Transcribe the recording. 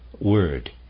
word